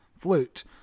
flute